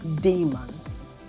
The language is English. demons